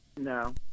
No